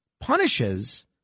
punishes